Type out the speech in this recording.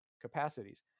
capacities